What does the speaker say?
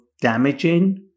damaging